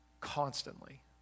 constantly